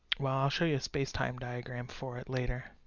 well, i'll show you a spacetime diagram for it later,